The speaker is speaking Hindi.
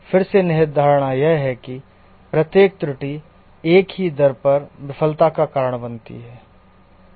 फिर से निहित धारणा यह है कि प्रत्येक त्रुटि एक ही दर पर विफलता का कारण बनती है